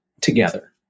together